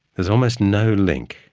is almost no link,